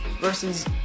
Versus